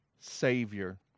savior